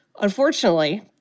unfortunately